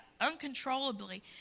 uncontrollably